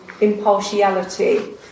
impartiality